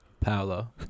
Paolo